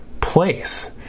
place